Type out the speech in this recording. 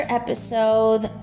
episode